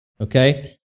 Okay